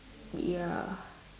ya